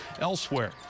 elsewhere